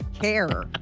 care